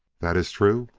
that is true?